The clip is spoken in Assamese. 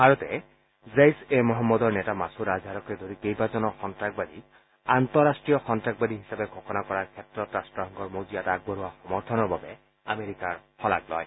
ভাৰতে জেইছ এ মহম্মদৰ নেতা মাছুদ আজহাৰকে ধৰি কেইবাজনো সন্তাসবাদী আন্তঃৰাষ্ট্ৰীয় সন্তাসবাদী হিচাপে ঘোষণা কৰাৰ ক্ষেত্ৰত ৰাষ্ট্ৰসংঘৰ মজিয়াত আগবঢ়োৱা সমৰ্থনৰ বাবে আমেৰিকাৰ শলাগ লয়